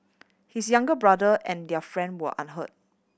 his younger brother and their friend were unhurt